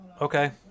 Okay